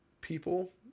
people